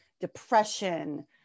depression